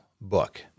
book